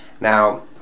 Now